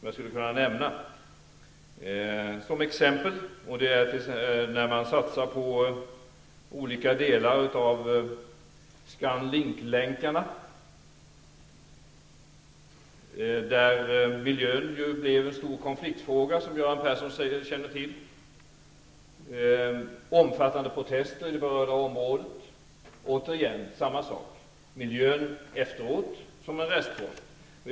Jag skulle kunna nämna som exempel satsningar på olika delar av ScanLink. Där har ju miljön blivit en konfliktfråga, som Göran Persson känner till, med omfattande protester inom det berörda området. Återigen samma sak: Miljön kommer efteråt som en restpost.